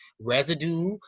residue